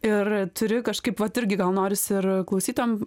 ir turi kažkaip vat irgi gal norisi ir klausytojam